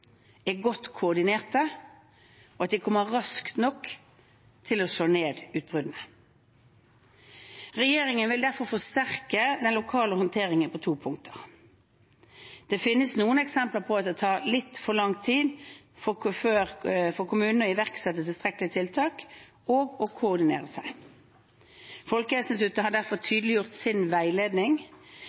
er godt koordinerte, og at de kommer raskt nok til å slå ned utbruddene. Regjeringen vil derfor forsterke den lokale håndteringen på to punkter. Det finnes noen eksempler på at det tar litt for lang tid for kommunene å iverksette tilstrekkelige tiltak og å koordinere seg. Folkehelseinstituttet har derfor tydeliggjort sin veiledning